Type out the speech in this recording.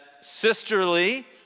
sisterly